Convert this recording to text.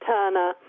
Turner